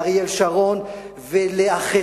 לאריאל שרון ולאחרים,